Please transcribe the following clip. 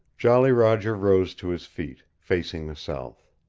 jolly roger rose to his feet, facing the south.